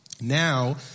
Now